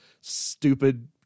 stupid